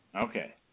Okay